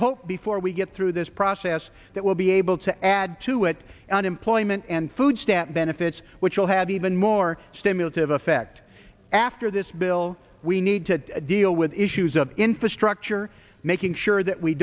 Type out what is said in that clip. hope before we get through this process that will be able to add to it unemployment and food stamp benefits which will have even more stimulative effect after this bill we need to deal with issues of infrastructure making sure that we